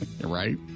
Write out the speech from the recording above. right